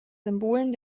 symbolen